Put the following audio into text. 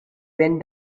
went